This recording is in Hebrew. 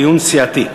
דיון סיעתי.